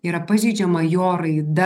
yra pažeidžiama jo raida